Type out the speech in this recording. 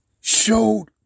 Showed